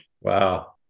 Wow